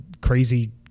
crazy